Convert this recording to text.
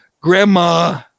grandma